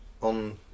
on